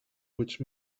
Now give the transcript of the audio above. which